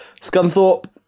Scunthorpe